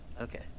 Okay